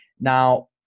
Now